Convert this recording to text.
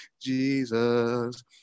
Jesus